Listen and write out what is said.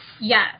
Yes